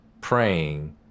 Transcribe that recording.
praying